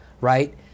Right